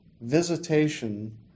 visitation